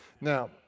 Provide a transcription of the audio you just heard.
Now